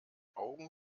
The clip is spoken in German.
augen